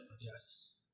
Yes